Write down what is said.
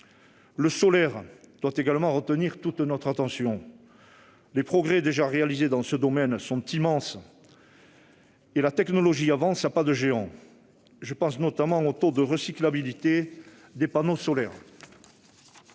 Le solaire doit également retenir toute notre attention. Les progrès déjà réalisés dans ce domaine sont immenses et la technologie avance à pas de géant- je pense notamment au taux de recyclabilité des panneaux solaires.